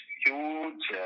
huge